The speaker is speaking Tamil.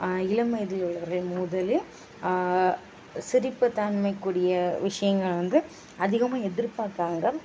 இளம் வயதில் உள்ளவர்கள் முதலே சிரிப்பு தன்மைக்கூடிய விஷயங்கள் வந்து அதிகமாக எதிர்பார்க்கிறாங்கள்